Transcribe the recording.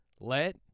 Let